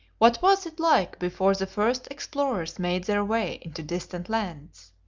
what was it like before the first explorers made their way into distant lands?